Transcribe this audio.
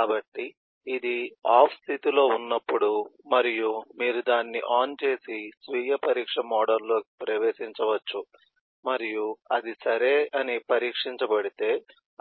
కాబట్టి ఇది ఆఫ్ స్థితిలో ఉన్నప్పుడు మరియు మీరు దాన్ని ఆన్ చేసి స్వీయ పరీక్ష మోడ్లోకి ప్రవేశించవచ్చు మరియు అది సరే అని పరీక్షించబడితే